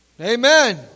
Amen